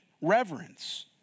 reverence